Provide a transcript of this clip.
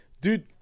dude